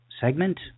segment